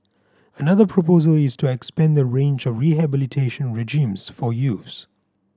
another proposal is to expand the range of rehabilitation regimes for youths